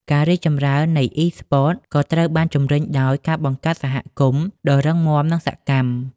ការរីកចម្រើននៃអុីស្ព័ត ក៏ត្រូវបានជំរុញដោយ ការបង្កើតសហគមន៍ ដ៏រឹងមាំ និងសកម្ម។